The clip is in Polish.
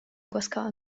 głaskała